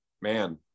man